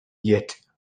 yet